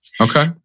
Okay